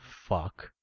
fuck